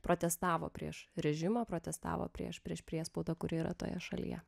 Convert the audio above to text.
protestavo prieš režimą protestavo prieš prieš priespaudą kuri yra toje šalyje